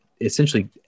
essentially